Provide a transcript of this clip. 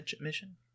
mission